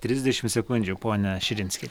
trisdešimt sekundžių ponia širinskiene